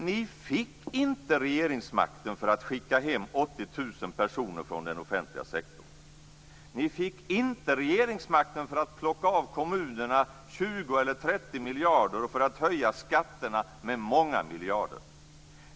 Ni fick inte regeringsmakten för att skicka hem Ni fick inte regeringsmakten för att plocka av kommunerna 20 eller 30 miljarder och för att höja skatterna med många miljarder.